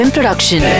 Production